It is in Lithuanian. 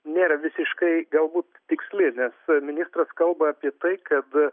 nėra visiškai galbūt tiksli nes ministras kalba apie tai kad